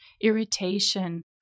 irritation